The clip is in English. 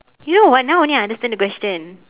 you know what now only I understand the question